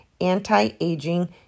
anti-aging